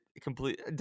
complete